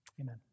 Amen